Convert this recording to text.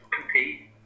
compete